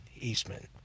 Eastman